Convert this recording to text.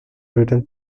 written